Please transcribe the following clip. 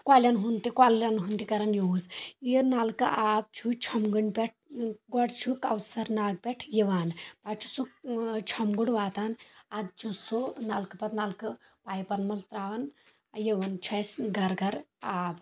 کۄلین ہُنٛد کۄلٮ۪ن ہُنٛد تہِ کران یوٗز یہِ نلکہٕ آب چھُ چھۄمگُنٛڈ پٮ۪ٹھ گۄڈٕ چھُ کوثر ناگہٕ پٮ۪ٹھ یِوان پتہٕ چھُ سُہ چھۄمگُنٛڈ واتان ادٕ چھُ سُہ نلکہٕ پتہٕ نلکہٕ پایپن منٛز ترٛاوان یِوان چھُ اسہِ گرٕ گرٕ آب